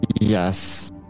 Yes